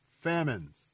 famines